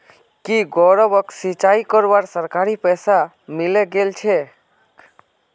की गौरवक सिंचाई करवार सरकारी पैसा मिले गेल छेक